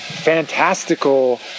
fantastical